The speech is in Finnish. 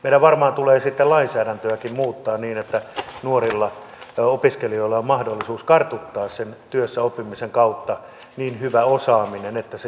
meidän varmaan tulee sitten lainsäädäntöäkin muuttaa niin että nuorilla opiskelijoilla on mahdollisuus kartuttaa sen työssäoppimisen kautta niin hyvä osaaminen että se johtaa tutkintoon